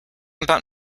about